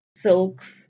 silks